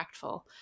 impactful